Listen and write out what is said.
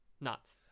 nuts